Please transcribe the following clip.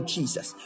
Jesus